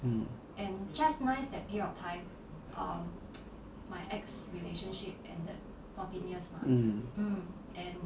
mm mm